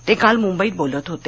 ते काल मुंबईत बोलत होते